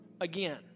Again